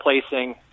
placing